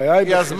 הגיע הזמן.